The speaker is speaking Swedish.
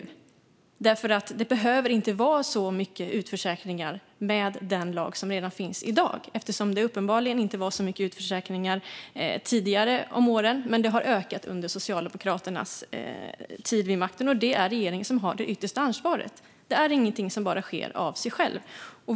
Eftersom det uppenbarligen inte var så många utförsäkringar tidigare om åren måste det inte vara så många utförsäkringar med den lag som finns i dag. Det har ökat under Socialdemokraternas tid vid makten, och det är regeringen som har det yttersta ansvaret. Det är ingenting som bara sker av sig självt.